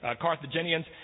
Carthaginians